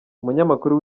umunyamakuru